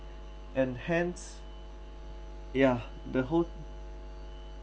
and hence yeah the whole